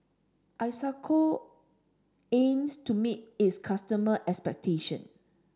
Isocal aims to meet its customer expectation